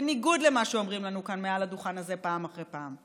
בניגוד למה שאומרים לנו כאן מעל הדוכן הזה פעם אחרי פעם.